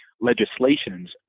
legislations